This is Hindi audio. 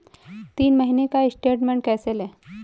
तीन महीने का स्टेटमेंट कैसे लें?